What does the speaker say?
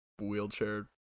wheelchair